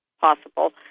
possible